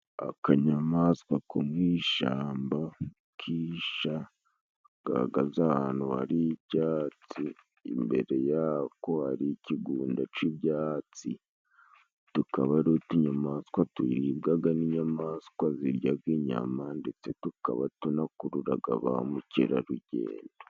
Akanyamaswa ko mu ishamba kisha gahagaze ahantu hari ibyatsi, imbere yako hari ikigunda c'ibyatsi, tukaba ari utunyamaswa turibwaga n'inyamaswa ziryaga inyama, ndetse tukaba tunakururaga ba mukerarugendo.